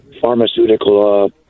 pharmaceutical